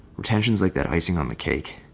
retentions like that icing on the cake.